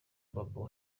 babou